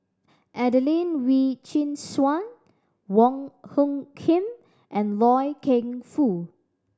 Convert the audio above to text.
Adelene Wee Chin Suan Wong Hung Khim and Loy Keng Foo